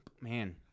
man